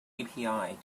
api